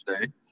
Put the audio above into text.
today